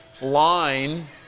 line